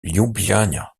ljubljana